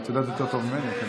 את יודעת יותר טוב ממני.